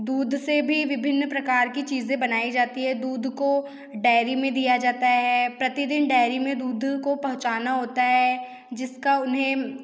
दूध से भी विभिन्न प्रकार की चीजे़ बनाई जाती है दूध को डेयरी में दिया जाता है प्रतिदन डेयरी में दूध को पहुँचाना होता है जिसका उन्हें